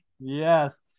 Yes